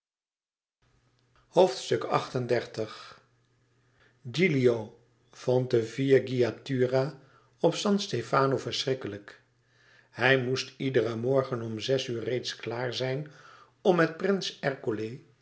gilio vond de villegiatura op san stefano verschrikkelijk hij moest iederen morgen om zes uur reeds klaar zijn om met prins